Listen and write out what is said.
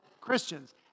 Christians